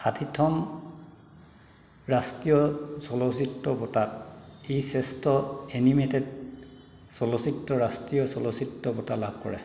ষাঠিতম ৰাষ্ট্ৰীয় চলচ্চিত্ৰ বঁটাত ই শ্ৰেষ্ঠ এনিমেটেড চলচ্চিত্ৰৰ ৰাষ্ট্ৰীয় চলচ্চিত্ৰ বঁটা লাভ কৰে